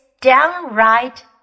downright